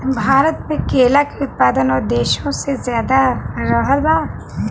भारत मे केला के उत्पादन और देशो से ज्यादा रहल बा